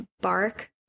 bark